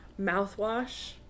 mouthwash